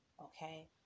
Okay